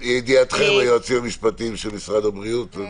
לידיעתכם, היועצים המשפטיים של משרד הבריאות.